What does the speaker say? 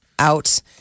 out